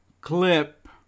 clip